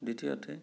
দ্বিতীয়তে